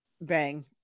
bang